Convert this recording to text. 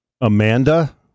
Amanda